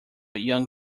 young